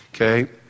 Okay